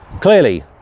clearly